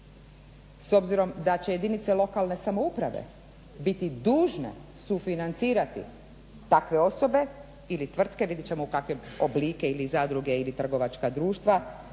s obzirom da će jedinice lokalne samouprave biti dužne sufinancirati takve osobe ili tvrtke, vidjet ćemo u kakve oblike ili zadruge ili trgovačka društva,